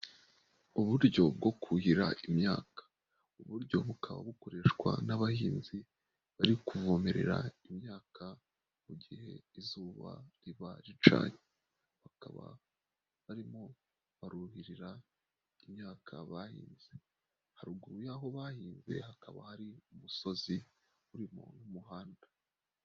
Uburyo bwo kuhira imyaka uburyo bukaba bukoreshwa n'abahinzi bari kuvomerera imyaka mu gihe izuba riba ricanye, bakaba barimo baruhirira imyaka bahinze haruguru y'aho bahinzwe hakaba hari umusozi uri ruguru y'umuhanda.